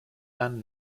and